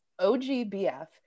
OGBF